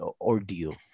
ordeal